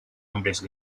hombres